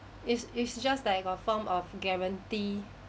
it's it's just like a form of guarantee